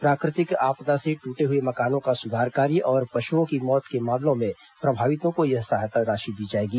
प्राकृतिक आपदा से ट्रटे हुए मकानों का सुधार कार्य और पशुओं की मौत के मामलों में प्रभावितों को यह सहायता राशि दी जाएगी